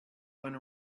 went